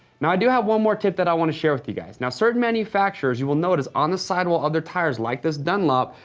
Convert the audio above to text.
now i do have one more tip that i wanna share with you guys. now certain manufacturers, you will notice, on the sidewall of their tires, like this dunlop,